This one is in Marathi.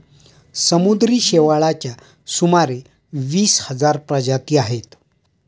समुद्री शेवाळाच्या सुमारे वीस हजार प्रजाती आहेत